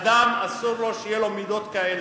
אדם, אסור לו שיהיו לו מידות כאלה.